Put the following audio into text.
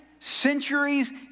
Centuries